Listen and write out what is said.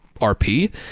RP